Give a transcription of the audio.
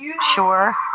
sure